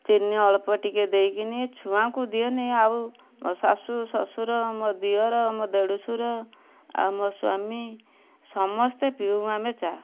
ଚିନି ଅଳ୍ପ ଟିକେ ଦେଇକିନି ଛୁଆଙ୍କୁ ଦିଏନି ଆଉ ଶାଶୂ ଶଶୁର ମୋ ଦିଅର ମୋ ଦେଢ଼ଶୂର ଆଉ ମୋ ସ୍ୱାମୀ ସମସ୍ତେ ପିଉ ଆମେ ଚା